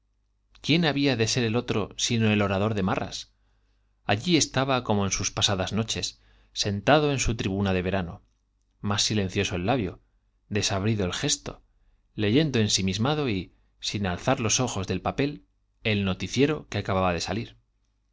quién había de ser el otro sino el orador de marras allí estaba corno en sus pasadas noches sentado en su tribuna de verano mas silencioso el labio desabrido el gesto leyendo ensimismado y sin alzar los ojos del papel el noti ciero que acababa de salir